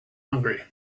hungry